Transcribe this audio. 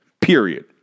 Period